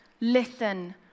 Listen